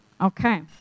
Okay